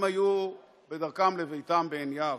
הם היו בדרכם לביתם שבעין יהב,